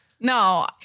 No